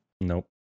Nope